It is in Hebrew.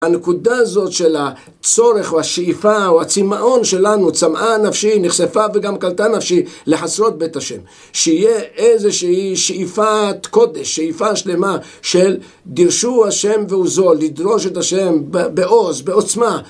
הנקודה הזאת של הצורך, או השאיפה, או הצמאון שלנו, צמאה נפשי, נחשפה וגם קלטה נפשי, לחסרות בית השם. שיהיה איזושהי שאיפת קודש, שאיפה שלמה של דירשו השם ועוזו, לדרוש את השם בעוז, בעוצמה.